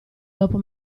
dopo